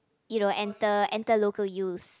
you know enter enter local use